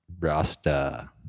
Rasta